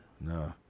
No